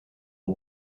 aux